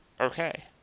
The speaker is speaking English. okay